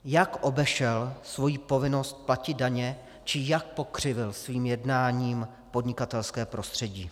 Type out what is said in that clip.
Jak obešel svoji povinnost platit daně či jak pokřivil svým jednáním podnikatelské prostředí?